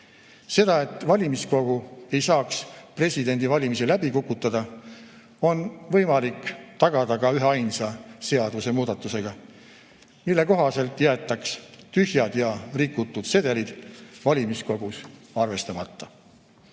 Seda, et valimiskogu ei saaks presidendivalimisi läbi kukutada, on võimalik tagada ka üheainsa seadusemuudatusega, mille kohaselt jäetaks tühjad ja rikutud sedelid valimiskogus arvestamata.